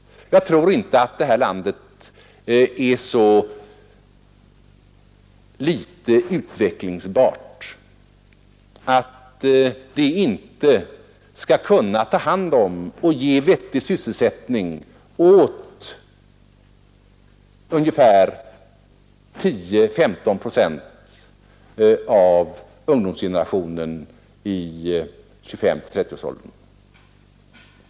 Jag tror inte att det här landet är så litet utvecklingsbart att det inte skall kunna ta hand om alla utbildade och ge vettig sysselsättning åt dessa10—15 procent av ungdomsgenerationen i 25—30-årsåldern.